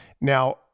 Now